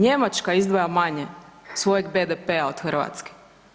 Njemačka izdvaja manje svojeg BDP-a od Hrvatske.